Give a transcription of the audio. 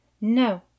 no